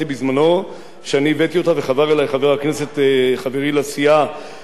וחבר אלי חבר הכנסת חברי לסיעה פרופסור אריה אלדד,